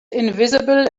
invisible